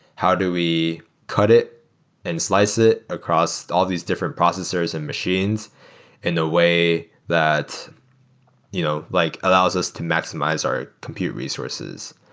how do we cut it and slice it across all these different processors and machines in a way that you know like allows us to maximize our compute resources?